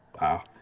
Wow